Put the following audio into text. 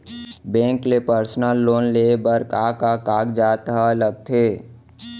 Bank ले personal loan लेये बर का का कागजात ह लगथे?